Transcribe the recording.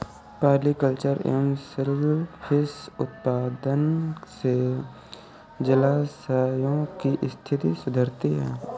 polyculture एवं सेल फिश उत्पादन से जलाशयों की स्थिति सुधरती है